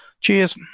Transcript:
Cheers